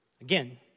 Again